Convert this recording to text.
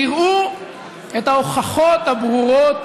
תראו את ההוכחות הברורות